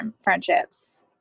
friendships